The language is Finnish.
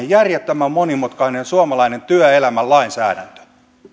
järjettömän monimutkaisen suomalaisen työelämän lainsäädännön